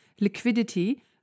liquidity